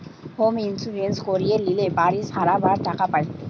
home insurance করিয়ে লিলে বাড়ি সারাবার টাকা পায়